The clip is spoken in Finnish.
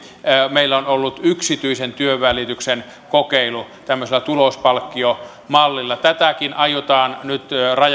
meillä on ollut yksityisen työnvälityksen kokeilu tämmöisellä tulospalkkiomallilla tätäkin aiotaan nyt